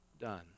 done